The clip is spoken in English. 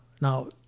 Now